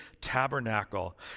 tabernacle